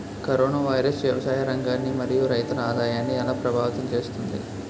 Corona virus వ్యవసాయ రంగాన్ని మరియు రైతుల ఆదాయాన్ని ఎలా ప్రభావితం చేస్తుంది?